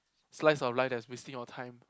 slice of life that's wasting our time